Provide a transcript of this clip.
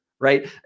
right